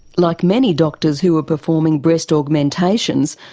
like many doctors who are performing breast augmentations,